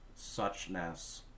suchness